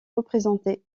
représentées